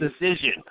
decision